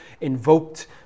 invoked